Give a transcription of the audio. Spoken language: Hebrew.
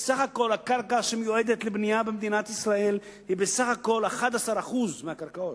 הקרקע נטו שמיועדת לבנייה במדינת ישראל היא בסך הכול 11% מהקרקעות.